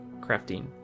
crafting